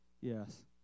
Yes